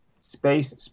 space